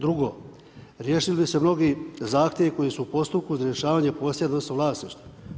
Drugo, riješili bi se mnogi zahtjevi koji su u postupku za rješavanje ... vlasništva.